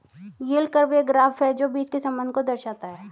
yield curve एक graph है जो बीच के संबंध को दर्शाता है